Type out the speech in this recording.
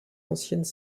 anciennes